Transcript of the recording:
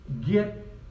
get